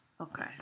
Okay